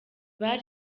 bar